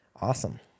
Awesome